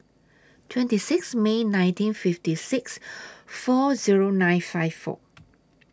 twenty six May nineteen fifty six four Zero nine five four